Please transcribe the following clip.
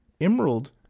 Emerald